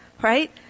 right